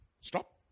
Stop